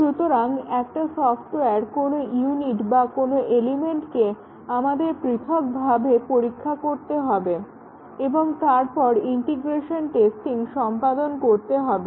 সুতরাং একটা সফটওয়্যারের কোনো ইউনিট বা কোনো এলিমেন্টগুলোকে আমাদের পৃথকভাবে পরীক্ষা করতে হবে এবং তারপর ইন্টিগ্রেশন টেস্টিং সম্পাদন করতে হবে